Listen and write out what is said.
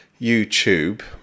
YouTube